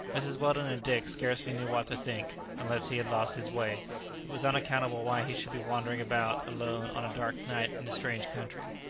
mrs. weldon and dick scarcely knew what to think unless he had lost his way it was unaccountable why he should be wandering about alone on a dark night in a strange country.